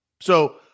So-